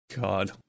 God